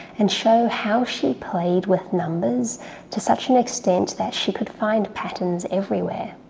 and show how she played with numbers to such an extent that she could find patterns everywhere.